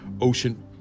ocean